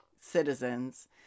citizens